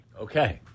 Okay